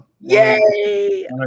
Yay